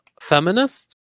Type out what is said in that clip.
feminist